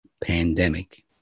pandemic